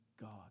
God